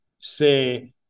say